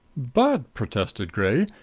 but, protested gray,